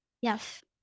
yes